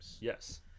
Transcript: Yes